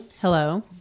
Hello